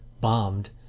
bombed